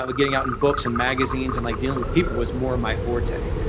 ah but getting out in books and magazines and like dealing with people was more my forte.